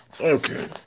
Okay